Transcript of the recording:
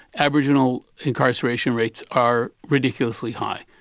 aboriginal incarceration rates are ridiculously high.